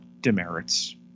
demerits